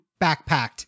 backpacked